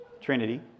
Trinity